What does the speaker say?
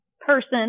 person